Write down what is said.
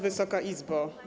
Wysoka Izbo!